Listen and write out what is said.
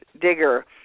digger